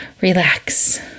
relax